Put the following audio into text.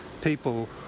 people